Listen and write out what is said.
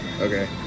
Okay